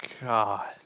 god